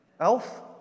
Elf